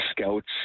scouts